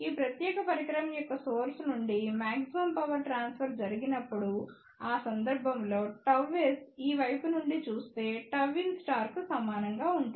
ఈ ప్రత్యేక పరికరం యొక్క సోర్స్ నుండి మాక్సిమమ్ పవర్ ట్రాన్స్ఫర్ జరిగినప్పుడు ఆ సందర్భంలో ΓS ఈ వైపు నుండి చూస్తే Γin కు సమానం గా ఉంటుంది